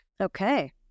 Okay